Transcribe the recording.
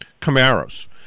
Camaros